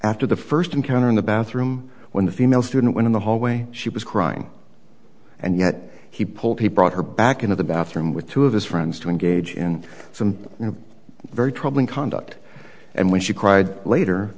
after the first encounter in the bathroom when the female student went in the hallway she was crying and yet he pulled people out her back into the bathroom with two of his friends to engage in some very troubling conduct and when she cried later